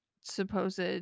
supposed